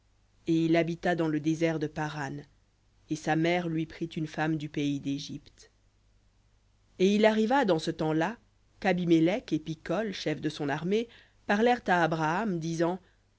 et il habita dans le désert de paran et sa mère lui prit une femme du pays dégypte et il arriva dans ce temps-là qu'abimélec et picol chef de son armée parlèrent à abraham disant